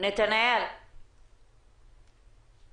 בחורה ואני בטוחה